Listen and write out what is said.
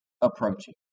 approaching